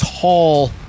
tall